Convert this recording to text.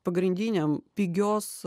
pagrindiniam pigios